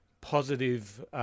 positive